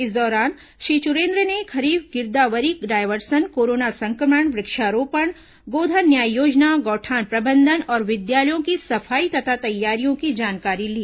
इस दौरान श्री चुरेन्द्र ने खरीफ गिरदावरी डायवर्सन कोरोना संक्रमण वृक्षारोपण गोधन न्याय योजना गौठान प्रबंधन और विद्यालयों की सफाई तथा तैयारियों की जानकारी ली